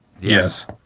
yes